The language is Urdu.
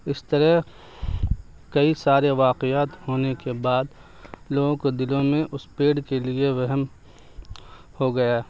اس طرح کئی سارے واقعات ہونے کے بعد لوگوں کے دلوں میں اس پیڑ کے لیے وہم ہو گیا